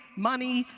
money,